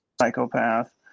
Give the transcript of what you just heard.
psychopath